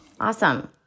Awesome